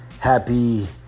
Happy